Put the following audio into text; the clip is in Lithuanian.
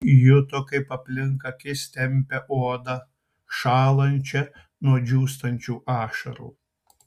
juto kaip aplink akis tempia odą šąlančią nuo džiūstančių ašarų